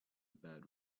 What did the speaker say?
bad